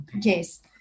Yes